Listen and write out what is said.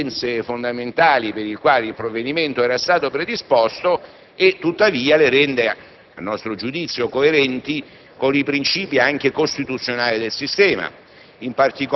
le esigenze fondamentali per le quali il provvedimento era stato predisposto e, tuttavia, le rende, a nostro giudizio, coerenti con i principi anche costituzionali del sistema: